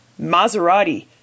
Maserati